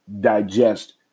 digest